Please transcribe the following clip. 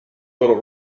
little